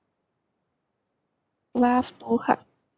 laugh too hard